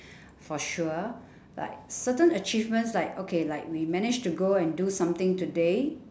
for sure but certain achievements like okay like we managed to go and do something today